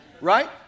right